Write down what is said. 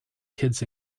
kids